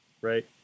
Right